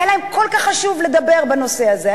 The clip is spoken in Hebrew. היה להם כל כך חשוב לדבר בנושא הזה,